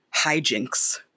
hijinks